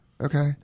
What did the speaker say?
Okay